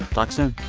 talk soon